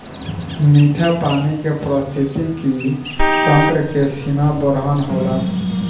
मीठा पानी के पारिस्थितिकी तंत्र के सीमा बरहन होला